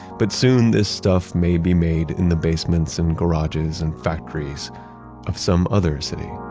but soon this stuff may be made in the basements and garages and factories of some other city